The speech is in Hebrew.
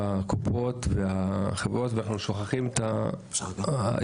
סביב הקופות והחברות ואנחנו שוכחים את האזרח.